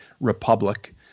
republic